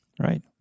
Right